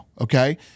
Okay